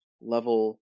level